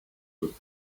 with